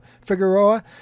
Figueroa